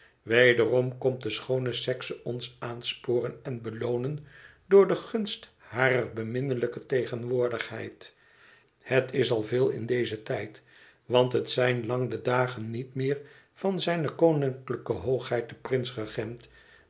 wederom komt de schoone sekse ons aansporen en beloonen door de gunst harer beminnelijke tegenwoordigheid het is al veel in dezen tijd want het zijn lang de dagen niet meer van zijne koninklijke hoogheid den prins regent